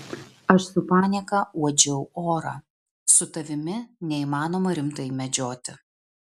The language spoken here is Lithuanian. aš su panieka uodžiau orą su tavimi neįmanoma rimtai medžioti